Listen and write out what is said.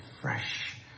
fresh